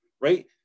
right